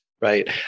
right